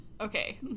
Okay